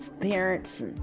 parents